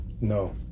No